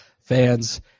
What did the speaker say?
fans